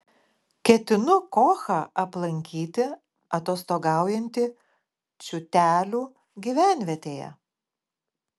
ketinu kochą aplankyti atostogaujantį čiūtelių gyvenvietėje